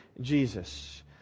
Jesus